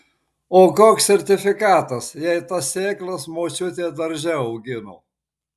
o koks sertifikatas jei tas sėklas močiutė darže augino